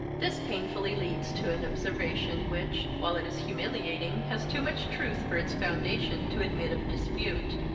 this painfully leads to an observation, which, while it is humiliating, has too much truth for its foundation to admit of dispute,